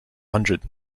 hundred